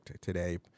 today